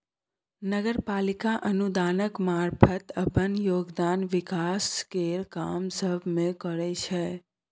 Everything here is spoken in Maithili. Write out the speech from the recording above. नगर पालिका अनुदानक मारफत अप्पन योगदान विकास केर काम सब मे करइ छै